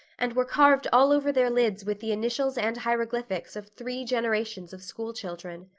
and were carved all over their lids with the initials and hieroglyphics of three generations of school children.